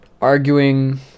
arguing